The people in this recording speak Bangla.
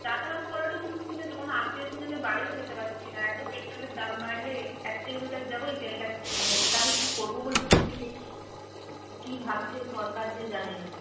যাতায়াত করাটাই তো মুশকিল হয়েছে কোনও আত্মীয় স্বজনের বাড়িও যেতে পাচ্ছি না এত পেট্রোলের দাম বাড়লে এক কিলোমিটার যাব এই তেলটা খেয়ে নিচ্ছে তাহলে কী করব বলুন দেখি কী ভাবছে সরকার যে জানি না